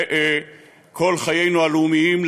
לכל חיינו הלאומיים,